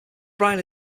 brain